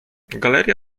galeria